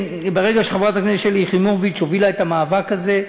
ברגע שחברת הכנסת שלי יחימוביץ הובילה את המאבק הזה,